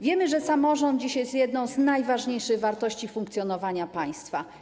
Wiemy, że samorząd dziś jest jedną z najważniejszych wartości funkcjonowania państwa.